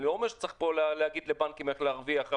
אני לא אומר שצריך להגיד לבנקים איך להרוויח,